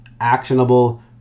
Actionable